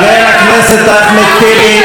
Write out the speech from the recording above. חבר הכנסת אחמד טיבי,